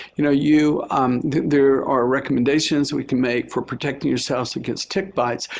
you know, you there are recommendations we can make for protecting yourselves against tick bites.